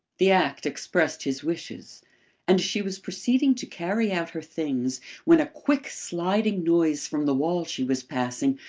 the act expressed his wishes and she was proceeding to carry out her things when a quick sliding noise from the wall she was passing,